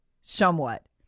somewhat